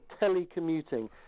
telecommuting